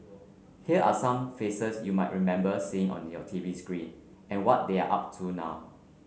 here are some faces you might remember seeing on your T V screen and what they're up to now